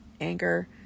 anger